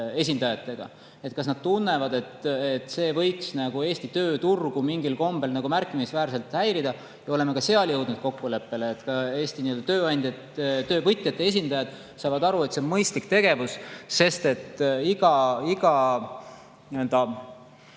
esindajatega, et kas nad tunnevad, et see võiks Eesti tööturgu mingil kombel märkimisväärselt häirida. Oleme ka seal jõudnud kokkuleppele. Eesti töövõtjate esindajad saavad aru, et see on mõistlik tegevus, sest iga nii-öelda